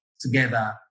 together